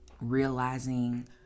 realizing